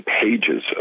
pages